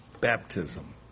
baptism